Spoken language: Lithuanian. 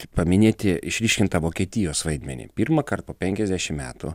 paminėti išryškintą vokietijos vaidmenį pirmąkart po penkiasdešim metų